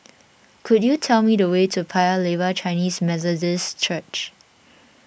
could you tell me the way to Paya Lebar Chinese Methodist Church